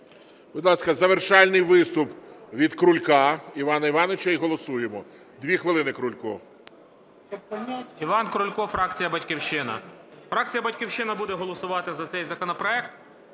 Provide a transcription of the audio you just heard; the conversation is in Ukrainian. Будь ласка, завершальний виступ від Крулька Івана Івановича і голосуємо. 2 хвилини, Крулько. 11:51:45 КРУЛЬКО І.І. Іван Крулько, фракція "Батьківщина". Фракція "Батьківщина" буде голосувати за цей законопроект.